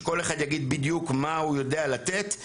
שכל אחד יגיד בדיוק מה הוא יודע לתת.